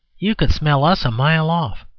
you could smell us a mile off.